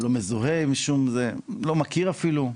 לא מזוהה, לא מכיר אפילו.